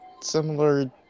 similar